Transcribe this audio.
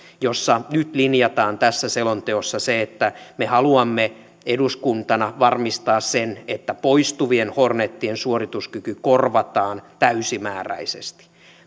jossa nyt linjataan tässä selonteossa se että me haluamme eduskuntana varmistaa sen että poistuvien hornetien suorituskyky korvataan täysimääräisesti